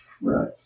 right